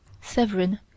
Severin